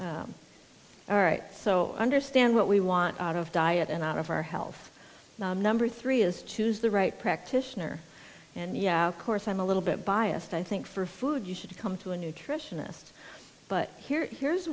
loving all right so understand what we want out of diet and out of our health number three is choose the right practitioner and yeah of course i'm a little bit biased i think for food you should come to a nutritionist but here here's